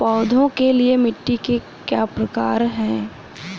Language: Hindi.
पौधों के लिए मिट्टी के प्रकार क्या हैं?